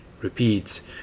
repeats